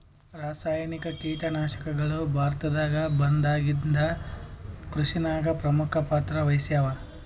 ರಾಸಾಯನಿಕ ಕೀಟನಾಶಕಗಳು ಭಾರತದಾಗ ಬಂದಾಗಿಂದ ಕೃಷಿನಾಗ ಪ್ರಮುಖ ಪಾತ್ರ ವಹಿಸ್ಯಾವ